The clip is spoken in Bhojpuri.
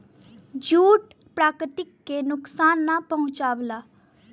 जूट प्रकृति के नुकसान ना पहुंचावला